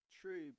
true